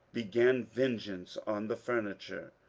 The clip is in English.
began vengeance on the furniture.